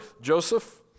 Joseph